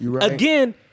Again